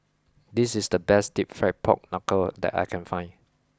this is the best Deep Fried Pork Knuckle that I can find